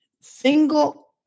single